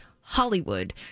Hollywood